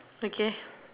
okay